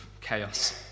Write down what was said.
chaos